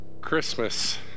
Christmas